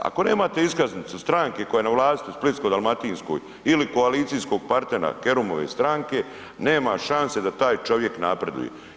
Ako nemate iskaznicu stranke koja je na vlasti u Splitsko-dalmatinskoj ili koalicijskog partnera Kerumove stranke nema šanse da taj čovjek napreduje.